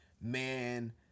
man